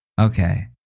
Okay